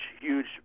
huge